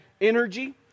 energy